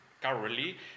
currently